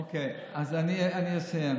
אוקיי, אז אני אסיים.